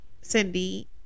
Cindy